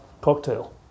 cocktail